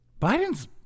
Biden's